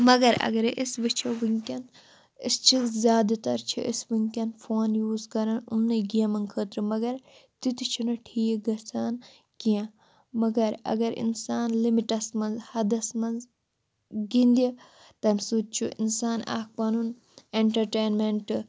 مگر اگرَے أسۍ وٕچھو وٕنۍکٮ۪ن أسۍ چھِ زیادٕ تَر چھِ أسۍ وٕنۍکٮ۪ن فون یوٗز کَران یِمنٕے گیمَن خٲطرٕ مگر تِتہِ چھُنہٕ ٹھیٖک گَژھان کیٚنٛہہ مگر اگر اِنسان لِمِٹَس منٛز حَدس منٛز گِنٛدِ تَمہِ سۭتۍ چھُ اِنسان اَکھ پنُن اٮ۪نٹَرٹینمٮ۪نٛٹ